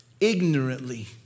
ignorantly